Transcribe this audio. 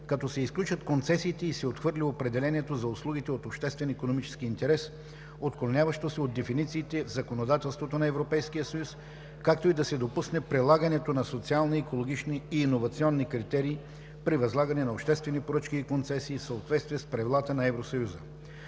като се изключат концесиите и се отхвърли определението за услугите от обществен икономически интерес, отклоняващо се от дефинициите в законодателството на Европейския съюз, както и да се допусне прилагането на социални, екологични и иновационни критерии при възлагане на обществени поръчки и концесии в съответствие с правилата на Евросъюза.